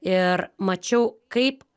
ir mačiau kaip